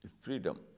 freedom